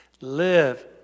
Live